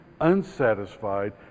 unsatisfied